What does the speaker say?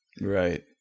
right